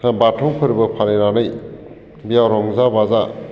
बाथौ फोरबो फालिनानै बेयाव रंजा बाजा